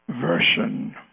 Version